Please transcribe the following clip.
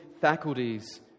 faculties